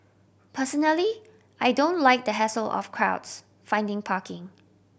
personally I don't like the hassle of crowds finding parking